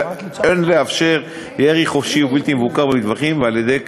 אין לאפשר ירי חופשי ובלתי מבוקר במטווחים על-ידי